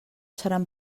seran